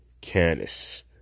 Canis